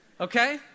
Okay